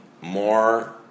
more